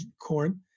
corn